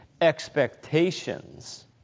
expectations